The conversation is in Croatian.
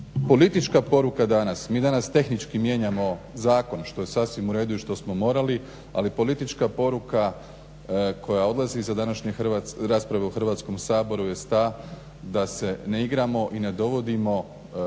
politička poruka danas, mi danas tehnički mijenjamo zakon što je sasvim uredu i što smo morali, ali politička poruka koja proizlazi iza današnje rasprave u Hrvatskom saboru jest ta da se ne igramo i ne dovodimo bilo